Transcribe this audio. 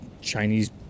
Chinese